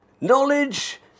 Knowledge